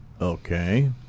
Okay